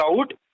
out